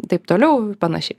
taip toliau panašiai